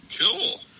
Cool